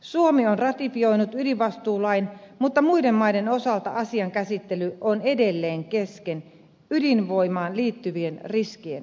suomi on ratifioinut ydinvastuulain mutta muiden maiden osalta asian käsittely on edelleen kesken ydinvoimaan liittyvien riskien takia